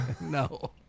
No